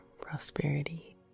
prosperity